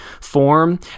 form